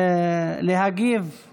להגיב על